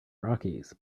rockies